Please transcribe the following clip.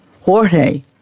Jorge